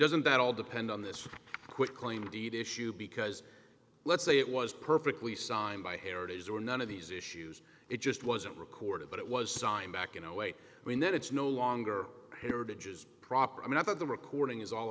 doesn't that all depend on this quick claim deed issue because let's say it was perfectly signed by heritage there were none of these issues it just wasn't recorded but it was signed back in a way when then it's no longer heritages proper i mean i thought the recording is all